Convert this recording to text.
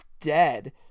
dead